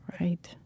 Right